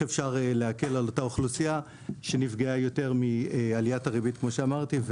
אפשר להקל על אותה אוכלוסייה שנפגעה יותר מעליית הריבית כמו שאמרתי,